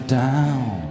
down